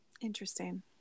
Interesting